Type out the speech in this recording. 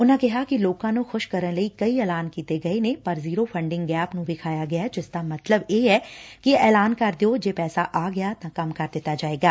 ਉਨਾਂ ਕਿਹਾ ਕਿ ਲੋਕਾਂ ਨੂੰ ਖੁਸ਼ ਕਰਨ ਲਈ ਕਈ ਐਲਾਨ ਕੀਤੇ ਗਏ ਨੇ ਪਰ ਜ਼ੀਰੋ ਫੜਿੰਗ ਗੈਪ ਨੂੰ ਵਿਖਾਇਆ ਗਿਐ ਜਿਸ ਦਾ ਮਤਲਬ ਐ ਕਿ ਐਲਾਨ ਕਰ ਦਿਓ ਜੇ ਪੈਸਾ ਆ ਗਿਆ ਤਾ ਕੰਮ ਕਰ ਦਿੱਤਾ ਜਾਵੇਗਾ